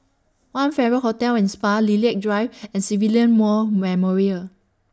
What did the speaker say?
one Farrer Hotel and Spa Lilac Drive and Civilian More Memorial